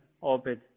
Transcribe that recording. orbit